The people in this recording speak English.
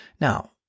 Now